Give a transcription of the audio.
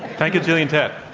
thank you, gillian tett.